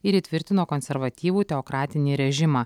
ir įtvirtino konservatyvų teokratinį režimą